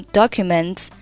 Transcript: documents